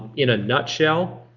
in a nutshell,